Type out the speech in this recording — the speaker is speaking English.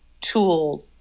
tool